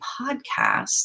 podcast